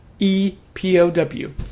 E-P-O-W